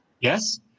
Yes